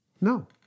No